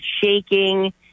shaking